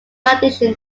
addition